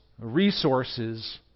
resources